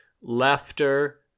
laughter